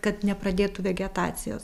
kad nepradėtų vegetacijos